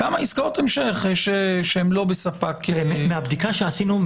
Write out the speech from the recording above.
כמה עסקאות המשך שהם לא בספק --- מהבדיקה שעשינו,